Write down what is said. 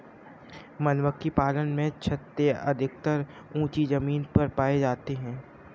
मधुमक्खी पालन में छत्ते अधिकतर ऊँची जमीन पर पाए जाते हैं